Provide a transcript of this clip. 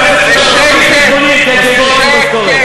זה שקר.